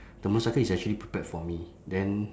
the motorcycle is actually prepared for me then